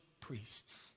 priests